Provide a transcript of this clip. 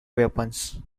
weapons